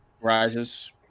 Rises